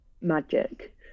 magic